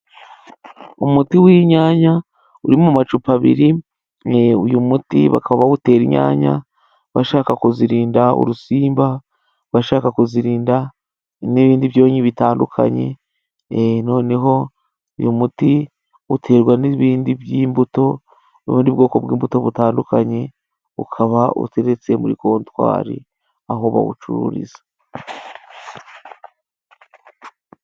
Umuti w'inyanya uri mu macupa abiri uyu muti bakaba bawutera inyanya bashaka kuzirinda urusimba, bashaka kuzirinda n'ibindi byonnyi bitandukanye noneho uyu muti uterwa n'ibindi by'imbuto n'ubundi bwoko bw'imbuto butandukanye ukaba uteretse muri kontwari aho bawucururiza.